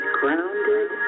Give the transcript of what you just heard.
grounded